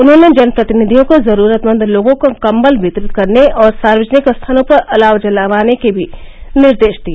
उन्होंने जनप्रतिनिधियों को जरूरतमंद लोगों को कम्बल वितरित करने और सार्वजनिक स्थानों पर अलाव जलवाने के भी निर्देश दिए